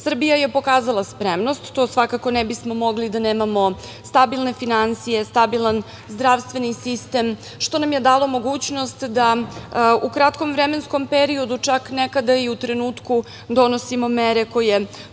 Srbija je pokazala spremnost, to svakako, ne bi smo mogli da nemamo stabilne finansije, stabilan zdravstveni sistem, što nam je dalo mogućnost da u kratkom vremenskom periodu, čak nekada i u trenutku, donosimo mere koje